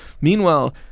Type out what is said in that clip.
meanwhile